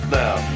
now